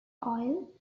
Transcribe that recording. oil